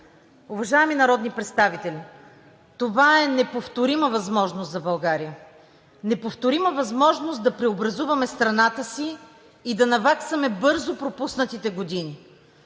Уважаеми народни представители, това е неповторима възможност за България, неповторима възможност да преобразуваме страната си и да наваксаме бързо пропуснатите години.